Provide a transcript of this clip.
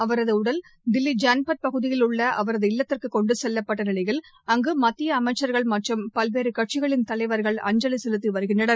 அவரது உடல் தில்லி ஜன்பத் பகுதியில் உள்ள அவரது இல்லத்திற்கு கொண்டு செல்லப்பட்ட நிலையில் அங்கு மத்திய அமைச்சர்கள் மற்றும் பல்வேறு கட்சிகளின் தலைவர்கள் அஞ்சலி செலுத்தி வருகின்றனர்